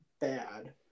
bad